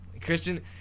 Christian